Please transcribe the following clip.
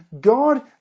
God